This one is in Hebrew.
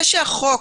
זה שהחוק